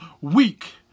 week